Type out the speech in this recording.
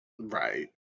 right